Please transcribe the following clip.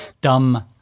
dumb